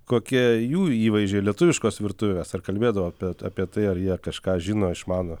kokie jų įvaizdžiai lietuviškos virtuvės ar kalbėdavo apie apie tai ar jie kažką žino išmano